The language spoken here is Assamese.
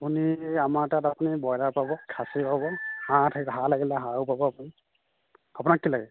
আপুনি আমাৰ তাত আপুনি ব্ৰয়লাৰ পাব খাচী পাব হাঁহ থাকিলে হাঁহ লাগিলে হাঁহো পাব আপুনি আপোনাক কি লাগে